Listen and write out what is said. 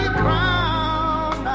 crown